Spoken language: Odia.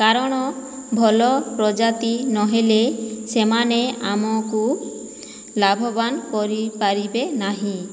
କାରଣ ଭଲ ପ୍ରଜାତି ନହେଲେ ସେମାନେ ଆମକୁ ଲାଭବାନ କରିପାରିବେ ନାହିଁ